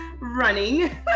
running